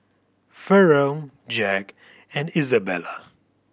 Farrell Jack and Izabella